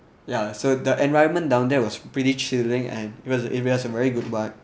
ya so the environment down there was pretty chilling and it was the areas have a very good vibe